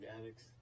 addicts